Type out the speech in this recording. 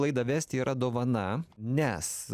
laidą vesti yra dovana nes